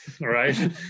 right